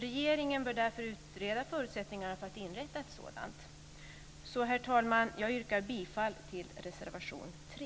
Regeringen bör därför utreda förutsättningarna för att inrätta ett sådant projekt. Herr talman! Jag yrkar bifall till reservation 3.